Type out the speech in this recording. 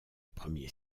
premiers